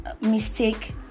mistake